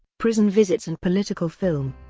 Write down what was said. prison visits and political film